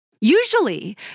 Usually